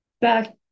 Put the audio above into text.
back-